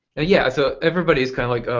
ah yeah so everybody is kind of like,